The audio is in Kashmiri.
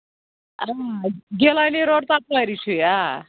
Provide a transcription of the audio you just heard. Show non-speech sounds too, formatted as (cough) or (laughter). (unintelligible) گیٖلانی روڈ تَپٲری چھُ یہِ آ